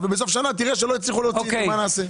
אבל בסוף שנה תראה שלא הצליחו --- מה נעשה.